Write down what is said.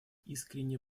искренне